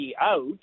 out